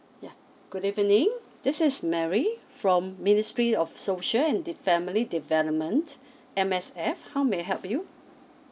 yeah good evening this is mary from ministry of social and the family development M_S_F how may I help you